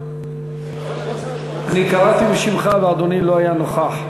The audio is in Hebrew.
אני קראתי בשמך, ואדוני לא היה נוכח.